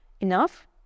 enough